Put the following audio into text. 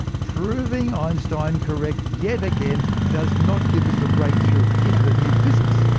proving einstein correct yet again does not give us the breakthrough into the new physics,